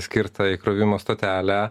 skirtą įkrovimo stotelę